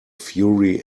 fury